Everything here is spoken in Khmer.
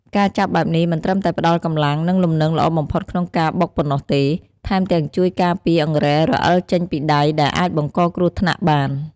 ការចាប់បែបនេះមិនត្រឹមតែផ្តល់កម្លាំង និងលំនឹងល្អបំផុតក្នុងការបុកប៉ុណ្ណោះទេ ថែមទាំងជួយការពារអង្រែរអិលចេញពីដៃ ដែលអាចបង្កគ្រោះថ្នាក់បាន។